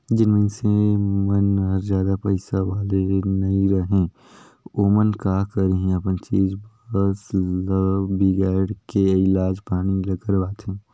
जेन मइनसे मन हर जादा पइसा वाले नइ रहें ओमन का करही अपन चीच बस ल बिगायड़ के इलाज पानी ल करवाथें